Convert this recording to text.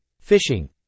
Fishing